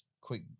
quick